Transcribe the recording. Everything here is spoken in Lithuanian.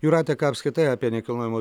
jūrate ką apskritai apie nekilnojamo